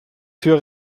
tür